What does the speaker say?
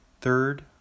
Third